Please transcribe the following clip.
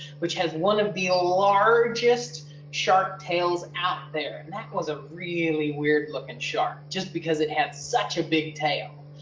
which has one of the largest shark tails out there. and that was a really weird looking shark just because it has such a big tail.